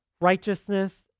righteousness